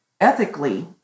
ethically